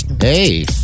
Hey